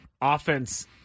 offense